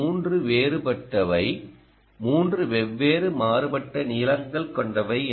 இந்த 3 வேறுபட்டவை 3 வெவ்வேறு மாறுபட்ட நீளங்கள் கொண்டவை